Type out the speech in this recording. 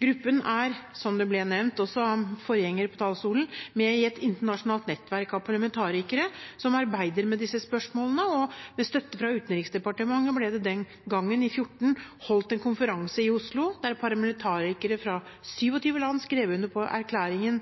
Gruppen er – som det ble nevnt også av en forgjenger på talerstolen – med i et internasjonalt nettverk av parlamentarikere som arbeider med disse spørsmålene, og med støtte fra Utenriksdepartementet ble det i 2014 holdt en konferanse i Oslo der parlamentarikere fra 27 land skrev under på erklæringen